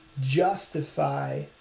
justify